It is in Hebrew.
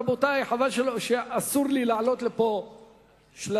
רבותי, חבל שאסור לי להעלות לפה שלטים